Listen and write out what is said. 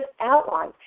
outline